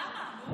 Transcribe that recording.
למה?